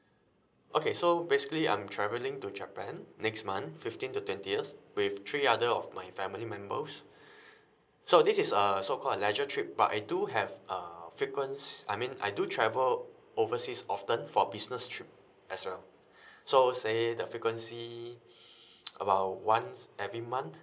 okay so basically I'm travelling to japan next month fifteen to twentieth with three other of my family members so this is uh so call a leisure trip but I do have uh frequents I mean I do travel overseas often for business trip as well so say the frequency about once every month